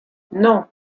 non